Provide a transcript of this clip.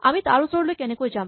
আমি তাৰ ওচৰলৈ কেনেকৈ যাম